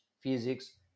physics